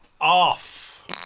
off